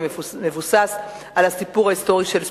המבוסס על הסיפור ההיסטורי של ספרטקוס,